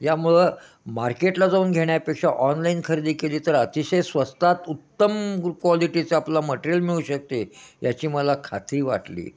यामुळं मार्केटला जाऊन घेण्यापेक्षा ऑनलाईन खरेदी केली तर अतिशय स्वस्तात उत्तम क्वालिटीचं आपला मटेरियल मिळू शकते याची मला खात्री वाटली